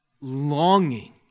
longing